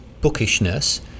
bookishness